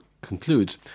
concludes